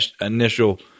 initial